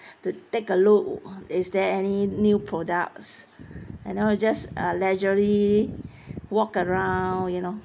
to take a look is there any new products I know I just ah leisurely walk around you know